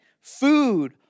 food